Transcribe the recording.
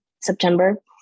September